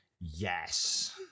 yes